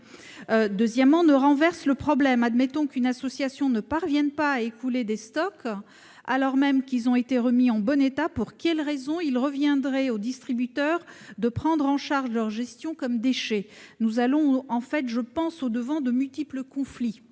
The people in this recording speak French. deuxièmement qu'il ne renverse le problème. Supposons ainsi qu'une association ne parvienne pas à écouler ses stocks, alors même qu'ils ont été remis en bon état : pour quelle raison reviendrait-il au distributeur de prendre en charge leur gestion comme déchets ? Nous allons, je pense, au-devant de multiples conflits.